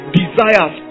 desires